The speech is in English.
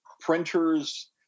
printers